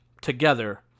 together